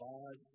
God